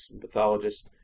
pathologists